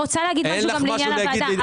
אין לך משהו להגיד?